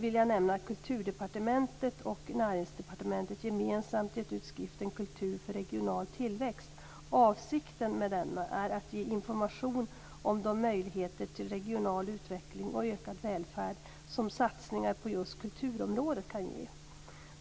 vill jag nämna att Kulturdepartementet och Näringsdepartementet gemensamt har gett ut skriften Kultur för regional tillväxt. Avsikten med denna är att ge information om de möjligheter till regional utveckling och ökad välfärd som satsningar på just kulturområdet kan ge.